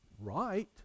right